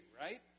right